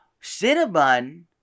Cinnabon